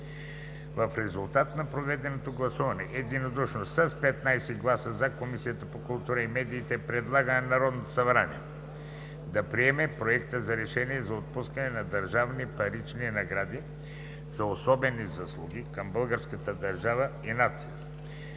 В резултат на проведеното гласуване единодушно – с 15 гласа „за“, Комисията по културата и медиите предлага на Народното събрание да приеме Проект на решение за отпускане на държавни парични награди за особени заслуги към българската държава и нацията,